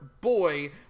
boy